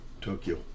Tokyo